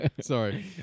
Sorry